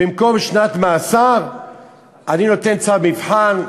במקום שנת מאסר אני נותן צו מבחן,